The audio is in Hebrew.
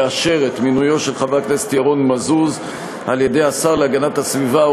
לאשר את מינויו של חבר הכנסת ירון מזוז על-ידי השר להגנת הסביבה,